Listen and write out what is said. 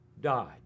died